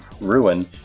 ruin